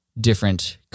different